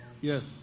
Yes